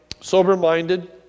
sober-minded